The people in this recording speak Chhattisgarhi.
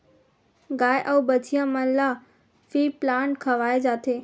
गाय अउ बछिया मन ल फीप्लांट खवाए जाथे